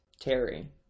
Terry